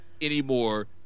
anymore